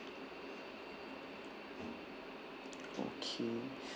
okay